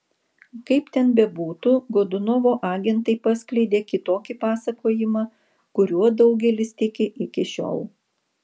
kaip ten bebūtų godunovo agentai paskleidė kitokį pasakojimą kuriuo daugelis tiki iki šiol